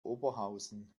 oberhausen